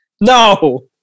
No